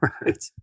right